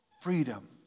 freedom